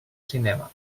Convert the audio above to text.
cinema